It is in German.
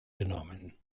genommen